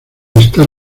estar